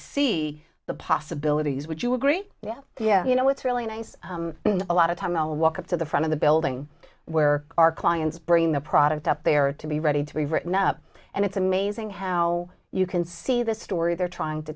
see the possibilities would you agree yeah you know it's really nice a lot of time i'll walk up to the front of the building where our clients bring the product up there to be ready to be written up and it's amazing how you can see the story they're trying to